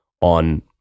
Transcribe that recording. on